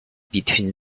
between